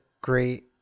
great